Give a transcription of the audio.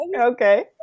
Okay